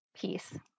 Peace